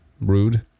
rude